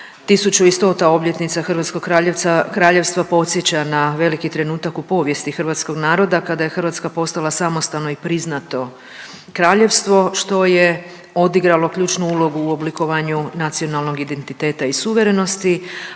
je da 1100. obljetnica Hrvatskog kraljevstva podsjeća na veliki trenutak u povijesti hrvatskog naroda, kada je Hrvatska postala samostalno i priznato kraljevstvo, što je odigralo ključnu ulogu u oblikovanju nacionalnog identiteta i suverenosti,